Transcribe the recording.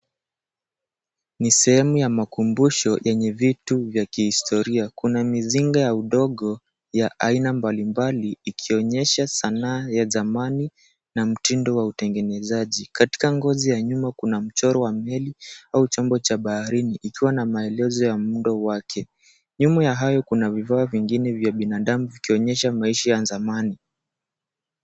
Ni sehemu ya makumbusho yenye vitu vya kihistoria. Kuna mizinga ya udogo ya aina mbalimbali ikionyesha sanaa ya zamani na mtindo wa utengenezaji. Katika ngozi ya nyuma kuna mchoro wa meli au chombo cha baharini, ikiwa na maelezo ya muundo wake. Nyuma ya hayo kuna vifaa vingine vya binadamu vikionyesha maisha ya zamani.